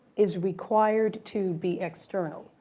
is required to be external,